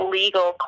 legal